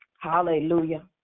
Hallelujah